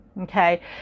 Okay